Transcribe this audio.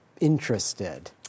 interested